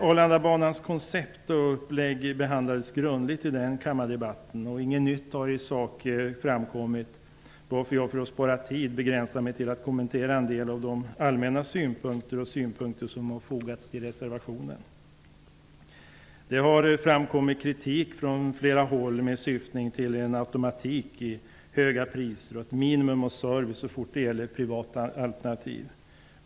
Arlandabanans koncept och uppläggning behandlades grundligt i den kammardebatten, och inget nytt har i sak tillkommit, varför jag för att spara tid begränsar mig till att kommentera en del allmänna synpunkter och åsikter som framförs i reservationen. Det har från flera håll framkommit kritik som går ut på att det automatiskt blir höga priser och ett minimum av service så snart det gäller privata alternativ.